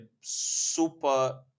super